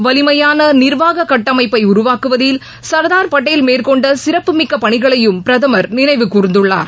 வலிமையான நிர்வாக கட்டமைப்பை உருவாக்குவதில் சர்தார் பட்டேல் மேற்கொண்ட சிறப்புமிக்க பணிகளையும் பிரதமர் நினைவு கூர்ந்துள்ளார்